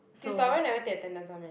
tutorial never take attendance [one] meh